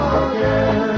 again